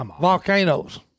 volcanoes